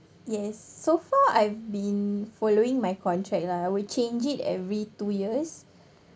yes so far I've been following my contract lah I will change it every two years